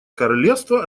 королевства